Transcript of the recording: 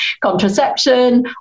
contraception